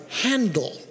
handle